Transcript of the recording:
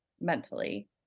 mentally